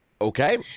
Okay